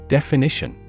Definition